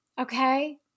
okay